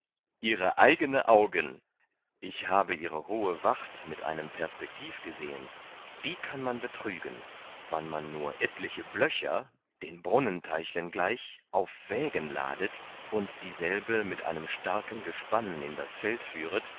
ihre eigene augen ich habe ihre hohe wacht mit einem perspektiv gesehen die kann man betrügen wann man nur etliche blöcher den brunnenteichlen gleich auf wägen ladet und dieselbe mit einem starken gespann in das feld führet